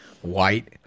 white